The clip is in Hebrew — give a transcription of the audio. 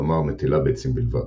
כלומר מטילה ביצים בלבד,